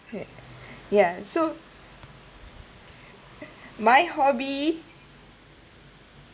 ya so my hobby